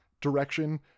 direction